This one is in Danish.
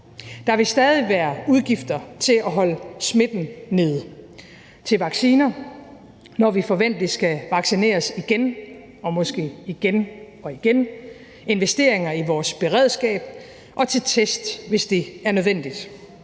Der vil stadig være udgifter til at holde smitten nede, til vacciner, når vi forventeligt skal vaccineres igen og måske igen og igen, til investeringer i vores beredskab og til test, hvis det er nødvendigt.